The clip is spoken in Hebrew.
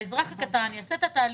האזרח הקטן יעשה את התהליך,